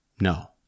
No